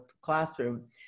classroom